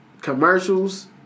commercials